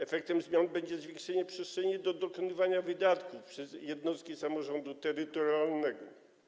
Efektem zmian będzie zwiększenie przestrzeni do dokonywania wydatków przez jednostki samorządu terytorialnego.